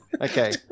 Okay